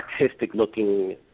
artistic-looking